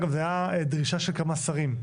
גם זה היה דרישה של כמה שרים.